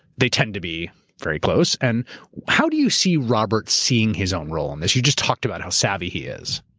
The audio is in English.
they tend to be very close. and how do you see robert seeing his own role in and this? you just talked about how savvy he is.